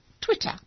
Twitter